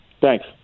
Thanks